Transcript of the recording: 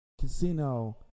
casino